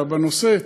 אלא נושא,